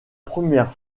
première